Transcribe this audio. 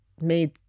made